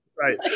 right